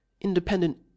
independent